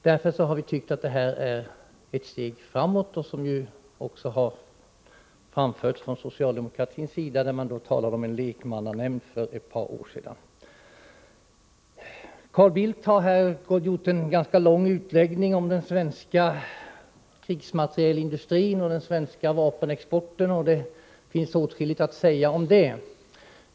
Därför har vi tyckt att det här är ett steg framåt, något som också socialdemokraterna ansett; de talade ju om en lekmannanämnd för ett par år sedan. Carl Bildt har här gjort en ganska lång utläggning om den svenska krigsmaterielindustrin och den svenska vapenexporten, och det finns åtskilligt att säga om detta.